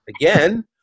again